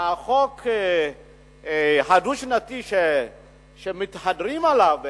החוק הדו-שנתי שמתהדרים בו,